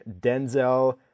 Denzel